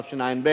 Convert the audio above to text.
התשע"ב